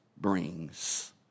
brings